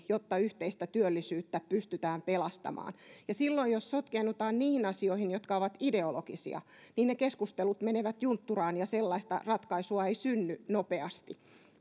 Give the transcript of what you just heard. jotta yhteistä työllisyyttä pystytään pelastamaan ja jos silloin sotkeennutaan niihin asioihin jotka ovat ideologisia ne keskustelut menevät juntturaan ja sellaista ratkaisua ei synny nopeasti